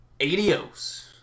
Adios